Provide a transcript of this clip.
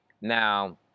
Now